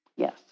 Yes